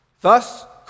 Thus